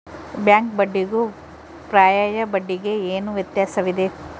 Bank ಬಡ್ಡಿಗೂ ಪರ್ಯಾಯ ಬಡ್ಡಿಗೆ ಏನು ವ್ಯತ್ಯಾಸವಿದೆ?